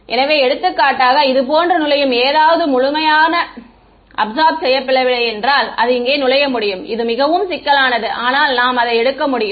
எனவே எடுத்துக்காட்டாக இது போன்று நுழையும் ஏதாவது முழுமையாக அப்சார்ப் செய்யபடவில்லை என்றால் அது இங்கே நுழைய முடியும் இது மிகவும் சிக்கலானது ஆனால் நாம் அதை எடுக்க முடியும்